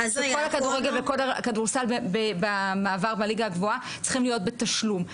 שכל הכדורגל וכל הכדורסל במעבר מהליגה הגבוהה צריכים להיות בתשלום,